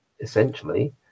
essentially